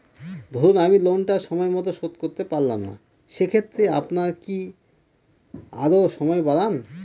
ধরুন আমি লোনটা সময় মত শোধ করতে পারলাম না সেক্ষেত্রে আপনার কি আরো সময় বাড়ান?